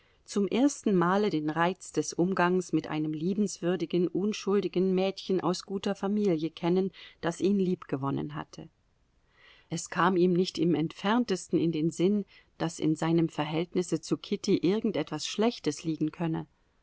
zum ersten male den reiz des umgangs mit einem liebenswürdigen unschuldigen mädchen aus guter familie kennen das ihn liebgewonnen hatte es kam ihm nicht im entferntesten in den sinn daß in seinem verhältnisse zu kitty irgend etwas schlechtes liegen könne